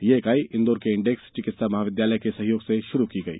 यह इकाई इंदौर के इंडेक्स चिकित्सा महाविद्यालय के सहयोग से षुरु की गई है